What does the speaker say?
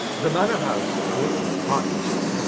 the manor house, woolton, hertfordshire.